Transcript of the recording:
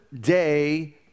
day